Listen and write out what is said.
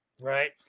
Right